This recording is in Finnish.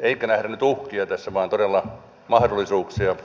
eikä nähdä nyt uhkia tässä vaan todella mahdollisuuksia